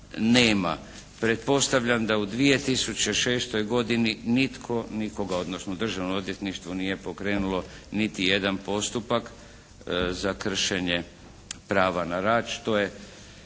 nema. Pretpostavljam da u 2006. godini nitko nikoga, odnosno državno odvjetništvo nije pokrenulo niti jedan postupak za kršenje prava na rad